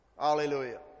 Hallelujah